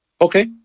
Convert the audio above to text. Okay